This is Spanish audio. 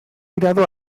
mirado